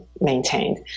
maintained